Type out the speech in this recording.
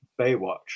Baywatch